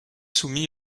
soumis